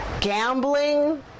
gambling